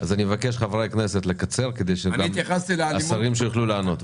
אז אני מבקש מחברי הכנסת לקצר כדי שגם השר יוכל לענות.